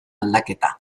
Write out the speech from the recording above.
aldaketa